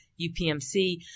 UPMC